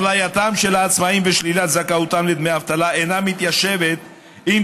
אפלייתם של העצמאים ושלילת זכאותם לדמי אבטלה אינה מתיישבת עם